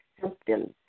symptoms